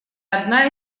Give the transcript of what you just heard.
одна